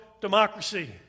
democracy